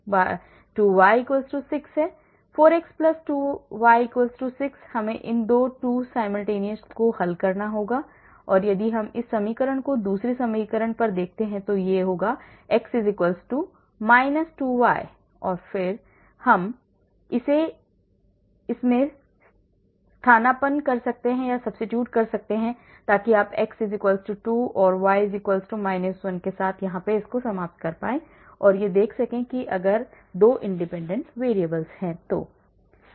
मैं इन दो two simultaneous को हल कर सकता हूं या यदि आप इस समीकरण को दूसरे समीकरण पर देखते हैं तो यह x 2y होगा और फिर हम इसे इस में स्थानापन्न कर सकते हैं ताकि आप x 2 और y 1 के साथ समाप्त हो जाएँ ताकि हम कैसे करें अगर two independent variables हैं